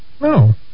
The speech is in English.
No